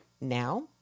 now